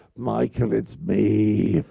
michael, it's me.